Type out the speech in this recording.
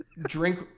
Drink